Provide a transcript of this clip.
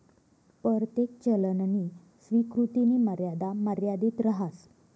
परतेक चलननी स्वीकृतीनी मर्यादा मर्यादित रहास